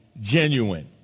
genuine